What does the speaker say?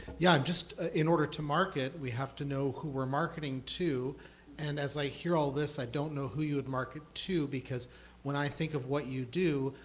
yeah, just in order to market we have to know who we're marketing to and as i hear all this, i don't know who you would market to because when i think of what you do,